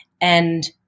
And-